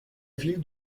ville